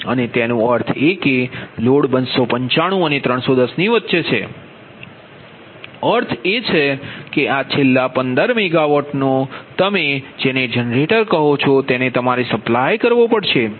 અને તેનો અર્થ એ કે લોડ 295 અને 310 ની વચ્ચે છે અર્થ એ છે કે આ છેલ્લા 15 મેગાવોટ નો અર્થ છે કે તમે આ જેને જનરેટર કહો છો તેને તમારે સપ્લાય કરવો પડશે